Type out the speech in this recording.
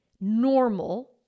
normal